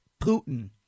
Putin